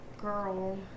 girl